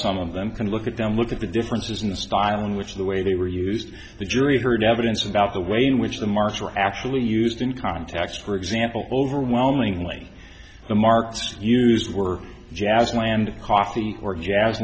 some of them can look at them look at the differ as in the style in which the way they were used the jury heard evidence about the way in which the marks were actually used in context for example overwhelmingly the marks used were jazz bland coffee or jazz